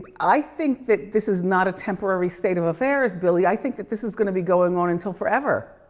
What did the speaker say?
i think that this is not a temporary state of affairs, billy, i think that this is going to be going on until forever.